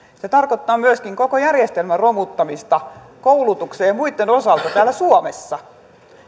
se tarkoittaa myöskin koko järjestelmän romuttamista koulutuksen ja muitten osalta täällä suomessa